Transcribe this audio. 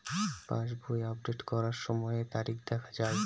পাসবই update করার সময়ে তারিখ দেখা য়ায়?